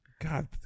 God